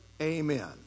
Amen